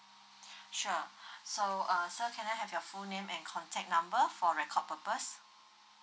sure so uh sir can I have your full name and contact number for record purpose